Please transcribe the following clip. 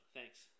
Thanks